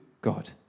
God